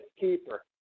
keeper